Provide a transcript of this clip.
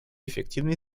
эффективные